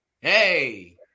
Hey